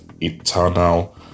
eternal